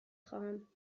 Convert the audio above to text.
خواهم